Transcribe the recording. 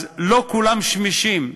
לא כולם שמישים.